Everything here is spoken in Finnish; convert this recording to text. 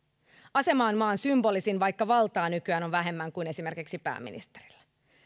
asema on maan symbolisin vaikka valtaa nykyään on vähemmän kuin esimerkiksi pääministerillä